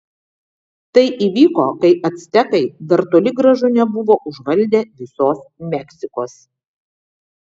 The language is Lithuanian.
tai įvyko kai actekai dar toli gražu nebuvo užvaldę visos meksikos